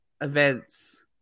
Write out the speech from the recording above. events